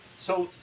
so,